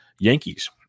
Yankees